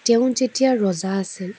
তেওঁ যেতিয়া ৰজা আছিল